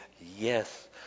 Yes